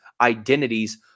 identities